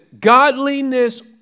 godliness